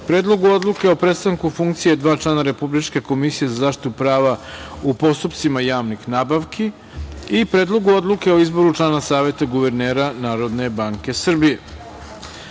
Predlogu odluke o prestanku funkcije dva člana Republičke komisije za zaštitu prava u postupcima javnih nabavki i Predlogu odluke o izboru člana Saveta guvernera Narodne banke Srbije. Da